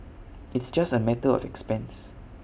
it's just A matter of expense